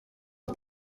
est